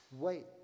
Wait